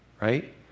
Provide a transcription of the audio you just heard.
right